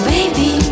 Baby